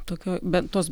tokio bet tos